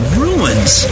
ruins